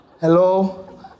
hello